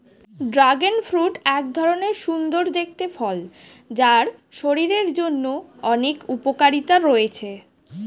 dragon fruit এক ধরণের সুন্দর দেখতে ফল যার শরীরের জন্য অনেক উপকারিতা রয়েছে